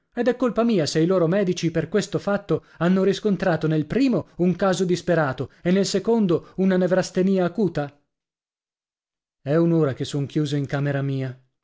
ed è colpa mia se i loro medici per questo fatto hanno riscontrato nel primo un caso disperato e nel secondo una nevrastenìa acuta è un'ora che son chiuso in camera mia